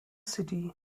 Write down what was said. city